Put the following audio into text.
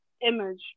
image